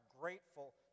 grateful